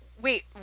wait